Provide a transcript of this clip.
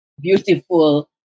beautiful